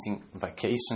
vacation